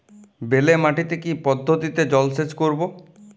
বেলে মাটিতে কি পদ্ধতিতে জলসেচ করব?